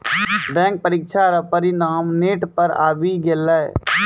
bank परीक्षा रो परिणाम नेट पर आवी गेलै